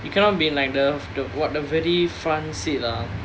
you cannot be like the the what the very front seat lah